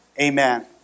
Amen